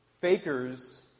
fakers